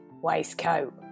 waistcoat